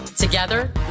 Together